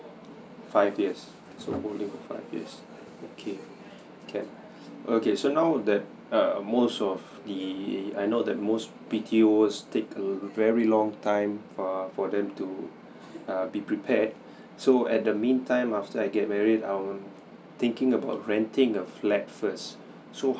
five years so only for five years okay can okay so now that err most of the I know that most B_T_O take a very long time err for for them to err be prepared so at the meantime after I get married I um thinking about renting a flat first so